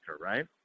right